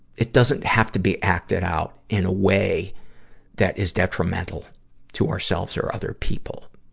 it doesn't have to be acted out in a way that is detrimental to ourselves or other people,